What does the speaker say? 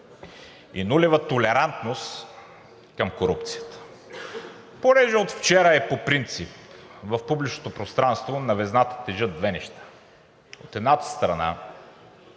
и нулева толерантност към корупцията. Понеже от вчера, а и по принцип в публичното пространство на везната тежат две неща – от едната страна